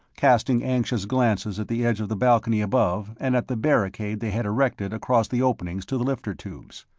casting anxious glances at the edge of the balcony above and at the barricade they had erected across the openings to the lifter tubes.